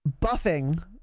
buffing